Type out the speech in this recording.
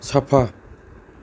साफा